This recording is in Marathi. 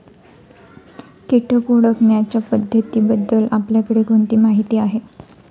कीटक ओळखण्याच्या पद्धतींबद्दल आपल्याकडे कोणती माहिती आहे?